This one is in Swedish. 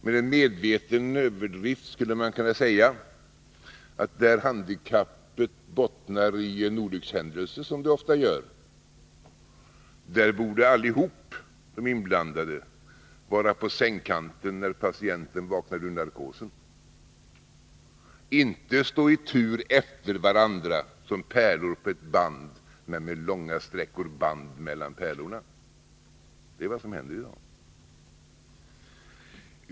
Med en medveten överdrift skulle man kunna säga att där handikappet bottnar i en olyckshändelse, som det ofta gör, borde alla de inblandade vara på sängkanten när patienten vaknar ur narkosen, inte stå i tur efter varandra som pärlor på ett band men med långa sträckor band mellan pärlorna — det är vad som händer i dag.